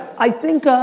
i think,